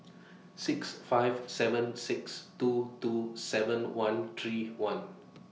six five seven six two two seven one three one